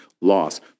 loss